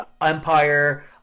Empire